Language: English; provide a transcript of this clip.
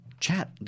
chat